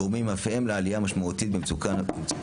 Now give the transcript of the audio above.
הגורמים אף הם לעלייה משמעותית במצוקות